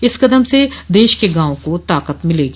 इस कदम से देश के गांवों को ताकत मिलेगी